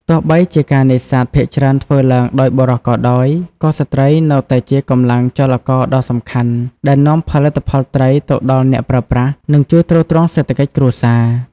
ទោះបីជាការនេសាទភាគច្រើនធ្វើឡើងដោយបុរសក៏ដោយ ក៏ស្ត្រីនៅតែជាកម្លាំងចលករដ៏សំខាន់ដែលនាំផលិតផលត្រីទៅដល់អ្នកប្រើប្រាស់ និងជួយទ្រទ្រង់សេដ្ឋកិច្ចគ្រួសារ។